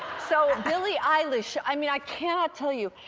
so billie eilish, i mean, i can not tell you.